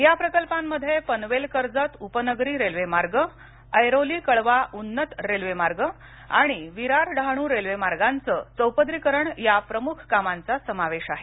या प्रकल्पांमध्ये पनवेल कर्जत उपनगरी रेल्वे मार्ग ऐरोली कळवा उन्नत रेल्वे मार्ग आणि विरार डहाणू रेल्वे मार्गाचं चौपदरीकरण या प्रमुख कामांचा समावेश आहे